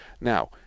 Now